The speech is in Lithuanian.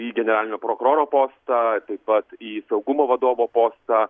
į generalinio prokuroro postą taip pat į saugumo vadovo postą